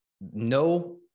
no